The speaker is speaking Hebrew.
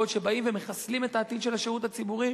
בעוד שבאים ומחסלים את העתיד של השירות הציבורי?